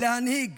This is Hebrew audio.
להנהיג